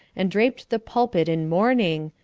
and draped the pulpit in mourning,